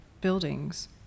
buildings